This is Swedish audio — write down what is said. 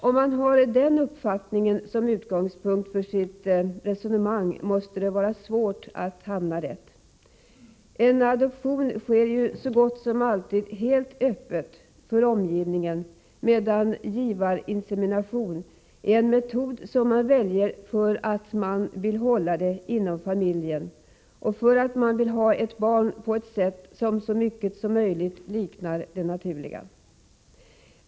Om man har den uppfattningen som utgångspunkt för sitt resonemang, måste det vara svårt att hamna rätt. En adoption sker så gott som alltid helt öppet för omgivningen, medan givarinsemination är en metod man väljer därför att man vill hålla det hela inom familjen och vill ha ett barn på ett sätt som så mycket som möjligt liknar det naturliga.